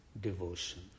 devotion